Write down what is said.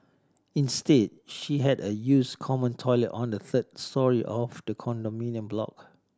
instead she had a use common toilet on the third storey of the condominium block